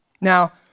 Now